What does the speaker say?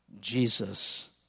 Jesus